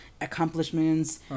accomplishments